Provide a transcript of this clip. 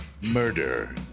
Murder